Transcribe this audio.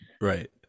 Right